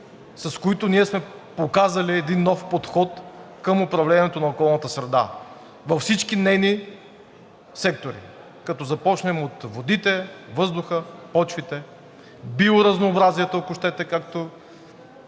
с които сме показали един нов подход към управлението на околната среда във всички нейни сектори, като започнем от водите, въздуха, почвите, биоразнообразието, ако щете, както